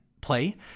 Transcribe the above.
play